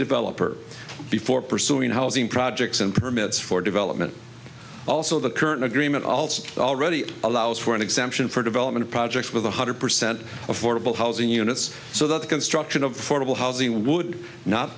developer before pursuing housing projects and permits for development also the current agreement also already allows for an exemption for development projects with one hundred percent of horrible housing units so that the construction of fordable housing would not